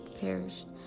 perished